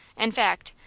in fact,